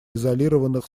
изолированных